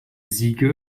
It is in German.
siege